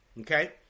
Okay